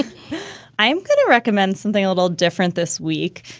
ah i am going to recommend something a little different this week.